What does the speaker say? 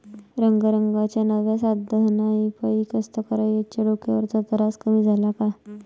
रंगारंगाच्या नव्या साधनाइपाई कास्तकाराइच्या डोक्यावरचा तरास कमी झाला का?